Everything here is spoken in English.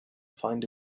find